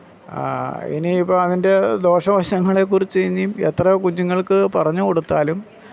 ഇനിയിപ്പോൾ അതിൻ്റെ ദോഷവശങ്ങളെക്കുറിച്ച് ഇനിയും എത്ര കുഞ്ഞുങ്ങൾക്ക് പറഞ്ഞുകൊടുത്താലും